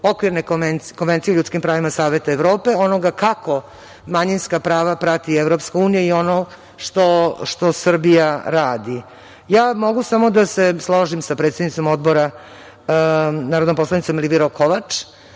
Okvirne konvencije o ljudskim pravima Saveta Evrope, onoga kako manjinska prava prati EU i onog što Srbija radi. Mogu samo da se složim sa predsednicom Odbora narodnom poslanicom Elvirom Kovač